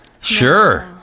Sure